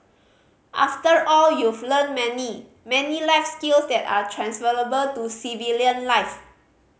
after all you've learnt many many life skills that are transferable to civilian life